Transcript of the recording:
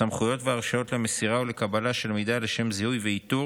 הסמכויות וההרשאות למסירה ולקבלה של מידע לשם זיהוי ואיתור